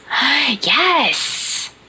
Yes